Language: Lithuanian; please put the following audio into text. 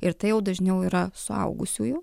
ir tai jau dažniau yra suaugusiųjų